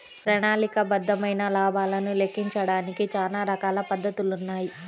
ప్రణాళికాబద్ధమైన లాభాలను లెక్కించడానికి చానా రకాల పద్ధతులున్నాయి